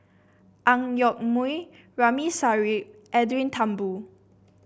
Ang Yoke Mooi Ramli Sarip and Edwin Thumboo